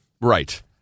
Right